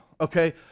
okay